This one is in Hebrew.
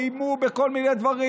איימו בכל מיני דברים,